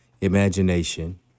imagination